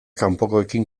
kanpokoekin